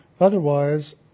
Otherwise